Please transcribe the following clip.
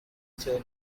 still